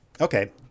okay